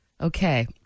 Okay